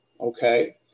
Okay